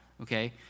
Okay